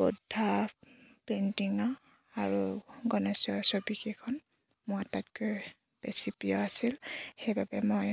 বৌদ্ধ পেইণ্টিঙৰ আৰু গণেশৰ ছবিকেইখন মোৰ আটাইতকৈ বেছি প্ৰিয় আছিল সেইবাবে মই